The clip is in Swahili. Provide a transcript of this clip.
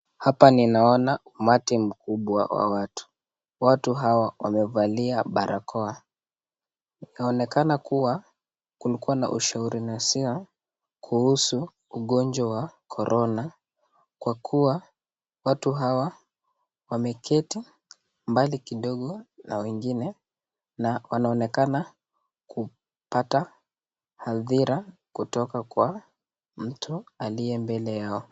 Hapa ninaona umati mkubwa wa watu. Watu hawa wamevalia barakoa. Inaonekana kuwa kulikuwa na ushauri nasaha kuhusu ugonjwa wa korona kwa kuwa watu hawa wameketi mbali kidogo na wengine na wanaonekana kupata hadhira kutoka kwa mtu aliye mbele yao.